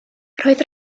roedd